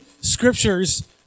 scriptures